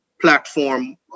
platform